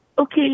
Okay